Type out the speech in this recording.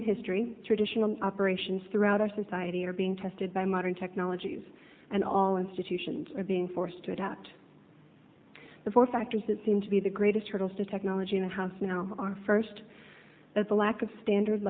in history traditional operations throughout our society are being tested by modern technologies and all institutions are being forced to adapt the four factors that seem to be the greatest hurdles to technology in the house now are first that the lack of standard